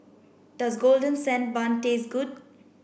does golden sand bun taste good